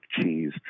cheese